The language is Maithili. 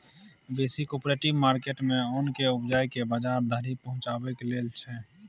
बेसी कॉपरेटिव मार्केट मे ओन केँ उपजाए केँ बजार धरि पहुँचेबाक लेल छै